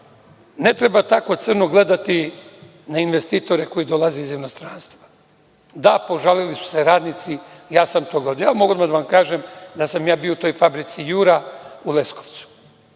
ne treba tako crno gledati na investitore koji dolaze iz inostranstva. Da, požalili su se radnici. Ja mogu odmah da vam kažem da sam bio u toj fabrici „Jura“ u Leskovcu.